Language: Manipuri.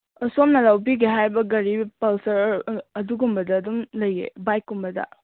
ꯑ ꯁꯣꯝꯅ ꯂꯧꯕꯤꯒꯦ ꯍꯥꯏꯕ ꯒꯥꯔꯤ ꯄꯜꯁꯔ ꯑꯗꯨꯒꯨꯝꯕꯗ ꯑꯗꯨꯝ ꯂꯩꯌꯦ ꯕꯥꯏꯛ ꯀꯨꯝꯕꯗ